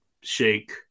Shake